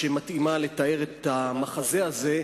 שמתאימה לתאר את המחזה הזה,